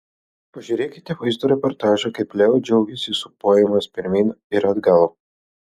pažiūrėkite vaizdo reportažą kaip leo džiaugiasi sūpuojamas pirmyn ir atgal